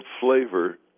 flavor